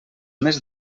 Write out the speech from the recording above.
més